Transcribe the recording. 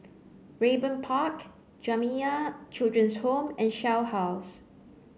Raeburn Park Jamiyah Children's Home and Shell House